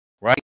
right